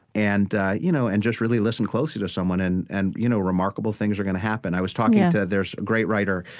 and you know and just really listen closely to someone, and and you know remarkable things are going to happen i was talking to there's a great writer,